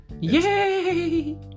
Yay